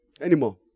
Anymore